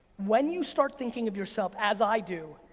when you start thinking of yourself as i do,